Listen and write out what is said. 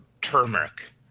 turmeric